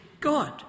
God